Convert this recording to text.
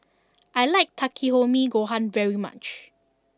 I like Takikomi Gohan very much